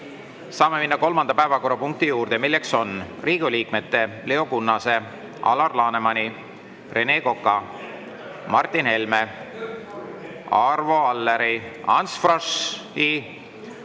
Saame minna kolmanda päevakorrapunkti juurde, milleks on Riigikogu liikmete Leo Kunnase, Alar Lanemani, Rene Koka, Martin Helme, Arvo Alleri, Ants Froschi,